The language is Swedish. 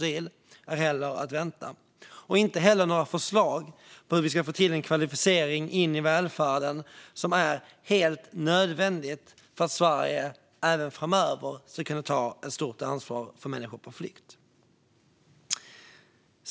Inte heller kan vi vänta oss några förslag om hur vi ska få till en kvalificering in i välfärden, vilket är helt nödvändigt för att Sverige även framöver ska kunna ta ett stort ansvar för människor på flykt.